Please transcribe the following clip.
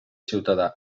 ciutadà